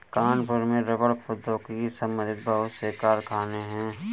कानपुर में रबड़ प्रौद्योगिकी से संबंधित बहुत से कारखाने है